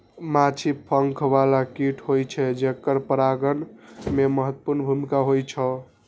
माछी पंख बला कीट होइ छै, जेकर परागण मे महत्वपूर्ण भूमिका होइ छै